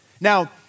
Now